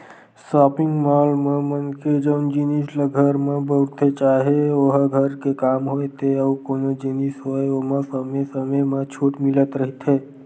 shopping mall म मनखे जउन जिनिस ल घर म बउरथे चाहे ओहा घर के काम होय ते अउ कोनो जिनिस होय ओमा समे समे म छूट मिलते रहिथे